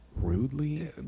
rudely